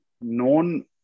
known